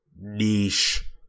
niche